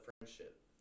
friendship